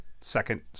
second